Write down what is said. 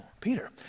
Peter